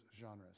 genres